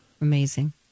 amazing